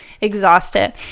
exhausted